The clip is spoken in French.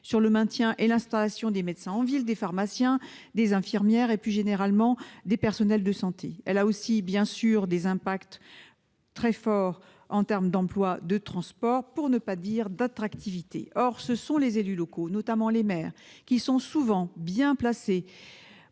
sur le maintien et l'installation des médecins en ville, des pharmaciens, des infirmières et, plus généralement, des personnels de santé. Elle a aussi, bien sûr, des conséquences très fortes en termes d'emploi et de transports, pour ne pas dire d'attractivité. Or ce sont les élus locaux, notamment les maires, qui sont souvent le mieux placés